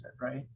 right